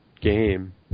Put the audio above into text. game